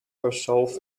herself